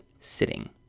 sitting